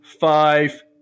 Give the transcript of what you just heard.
five